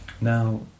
Now